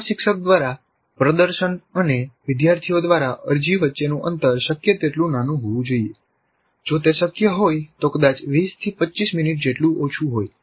પ્રશિક્ષક દ્વારા પ્રદર્શન અને વિદ્યાર્થીઓ દ્વારા અરજી વચ્ચેનું અંતર શક્ય તેટલું નાનું હોવું જોઈએ જો તે શક્ય હોય તો કદાચ 20 થી 25 મિનિટ જેટલું ઓછું હોય